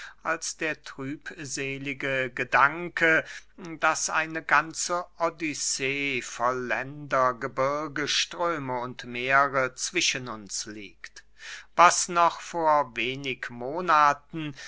als der trübselige gedanke daß eine ganze odyssee voll länder gebirge ströme und meere zwischen uns liegt was noch vor wenig monaten